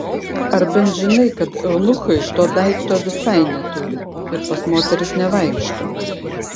ar bent žinai kad eunuchai to daikto visai neturi ir pas moteris nevaikšto